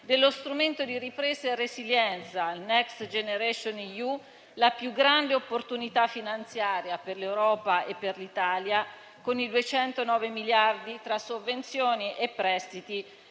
dello strumento di ripresa e resilienza Next generation EU, la più grande opportunità finanziaria per l'Europa e per l'Italia, con 209 miliardi tra sovvenzioni e prestiti